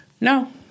No